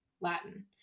latin